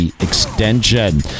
extension